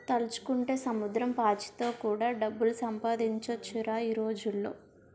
తలుచుకుంటే సముద్రం పాచితో కూడా డబ్బులు సంపాదించొచ్చురా ఈ రోజుల్లో